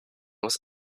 was